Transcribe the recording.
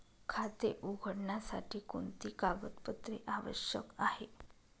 खाते उघडण्यासाठी कोणती कागदपत्रे आवश्यक आहे?